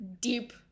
deep